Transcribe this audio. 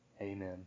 Amen